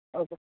okay